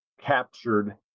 captured